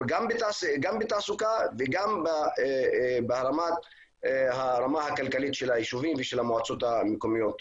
גם בתעסוקה וגם בהרמת הרמה הכלכלית של היישובים ושל המועצות המקומיות.